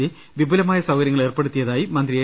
C വിപുലമായ സൌക ര്യങ്ങൾ ഏർപ്പെടുത്തിയതായി മന്ത്രി എ